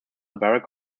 barack